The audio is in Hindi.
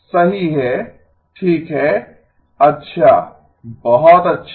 a n ⊗−1n x n सही है ठीक है अच्छा बहुत अच्छा